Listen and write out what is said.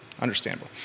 Understandable